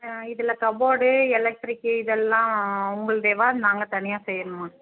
ஆ இதில் cupboard electric இதல்லாம் உங்கள்தேவா இல்லை நாங்கள் தனியாக செய்யணுமா